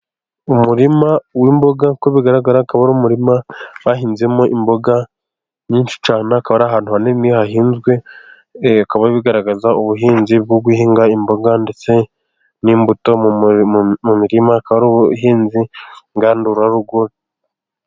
Umurima w'imboga, uko bigaragara akaba ari umurima bahinzemo imboga nyinshi cyane, akaba ari ahantu hanini hahinzwe, bikaba bigaragaza ubuhinzi bwo guhinga imboga, ndetse n'imbuto mu mirima, akaba ari ubuhinzi ngandurarugo.